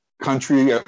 country